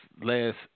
last